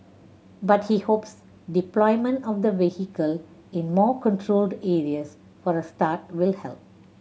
but he hopes deployment of the vehicle in more controlled areas for a start will help